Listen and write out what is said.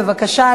בבקשה,